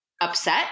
upset